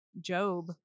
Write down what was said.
Job